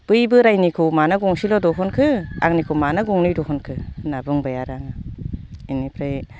बै बोरायनिखौ मानो गंसेल' दिहुनखो आंनिखौ मानो गंनै दिहुनखो होनना बुंबाय आरो आङो बेनिफ्राय